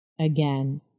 again